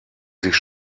sich